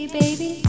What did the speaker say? baby